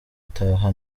taha